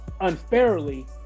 unfairly